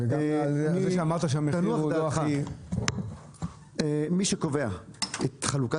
וגם על זה שאמרת שהמחיר הוא --- מי שקובע את חלוקת